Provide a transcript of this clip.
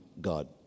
God